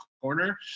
corner